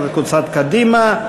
להלן: קבוצת סיעת קדימה,